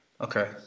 Okay